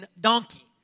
donkey